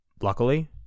Luckily